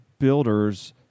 builders